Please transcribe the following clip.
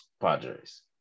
Padres